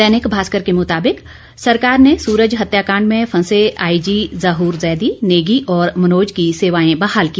दैनिक भास्कर के मुताबिक सरकार ने सूरज हत्याकांड में फंसे आईजी जहूर जैदी नेगी और मनोज की सेवाएं बहाल की